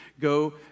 go